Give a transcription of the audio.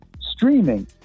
streaming